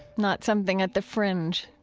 not something at the fringe,